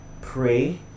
Pray